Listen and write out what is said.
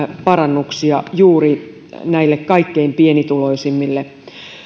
parannuksia juuri näille kaikkein pienituloisimmille